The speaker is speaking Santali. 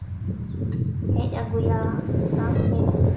ᱦᱮᱡ ᱟᱜᱩᱭᱟ ᱛᱟᱯᱚᱨᱮ